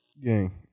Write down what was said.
Gang